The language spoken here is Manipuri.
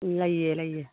ꯂꯩꯌꯦ ꯂꯩꯌꯦ